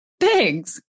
Thanks